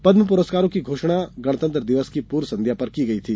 पद्म पुरस्कारों की घोषणा गणतंत्र दिवस की पूर्व संध्या पर की गई थी